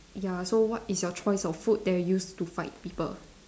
ya so what is your choice of food that you use to fight people